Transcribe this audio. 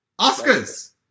Oscars